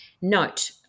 Note